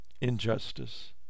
injustice